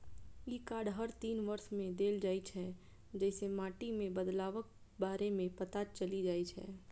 ई card हर तीन वर्ष मे देल जाइ छै, जइसे माटि मे बदलावक बारे मे पता चलि जाइ छै